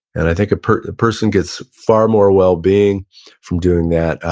and i think a person person gets far more well-being from doing that,